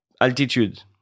altitude